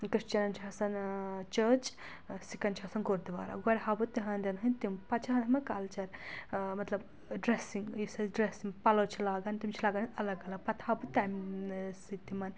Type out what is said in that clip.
کرٛسچَنَن چھُ آسان ٲں چٔرچ ٲں سِکَن چھُ آسان گُردوارا گۄڈٕ ہاو بہٕ تِہنٛدیٚن ہنٛدۍ تِم پتہٕ چھِ منٛز کَلچر ٲں مطلب ڈرٛیسِنٛگ یُس اسہِ ڈرٛیس پَلو چھِ لاگان تِم چھِ لاگن الگ الگ پتہٕ ہاو بہٕ تَمہِ سۭتۍ تِمَن